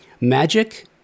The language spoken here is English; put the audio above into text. Magic